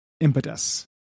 impetus